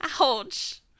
Ouch